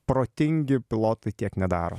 protingi pilotai tiek nedaro